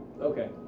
Okay